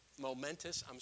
momentous